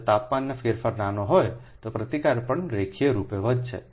જો તાપમાનમાં ફેરફાર નાના હોય તો પ્રતિકાર પણ રેખીય રૂપે વધશે